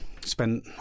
spent